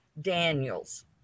Daniels